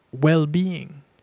well-being